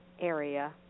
area